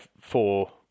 four